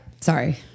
Sorry